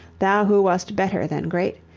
thou who wast better than great,